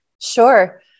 Sure